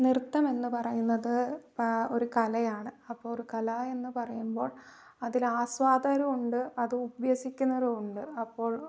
നൃത്തം എന്നു പറയുന്നത് ഒരു കലയാണ് അപ്പോൾ ഒരു കല എന്നു പറയുമ്പോൾ അതിൽ ആസ്വാദകരും ഉണ്ട് അത് അഭ്യസിക്കുന്നവരും ഉണ്ട് അപ്പോൾ